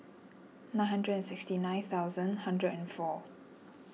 nine hundred and sixty nine thousand hundred and four